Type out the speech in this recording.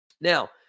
Now